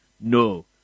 No